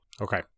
Okay